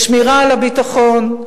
בשמירה על הביטחון,